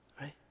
Right